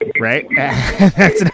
right